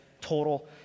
total